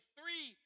three